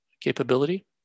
capability